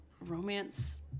romance